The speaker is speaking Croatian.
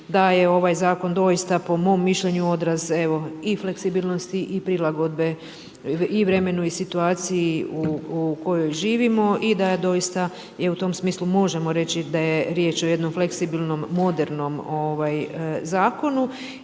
da je ovaj zakon doista po mom mišljenju odraz i fleksibilnosti i prilagodbe i vremenu i situaciji u kojoj živimo i da doista u tom smislu možemo reći da je riječ o jednom fleksibilnom, modernom zakonu